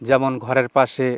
যেমন ঘরের পাশে